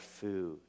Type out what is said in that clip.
food